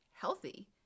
healthy